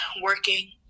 working